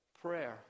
prayer